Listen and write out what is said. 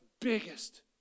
biggest